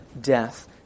death